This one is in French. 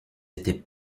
étaient